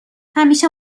همیشه